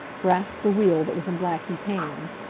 grasped the wheel that was in blackie's hands.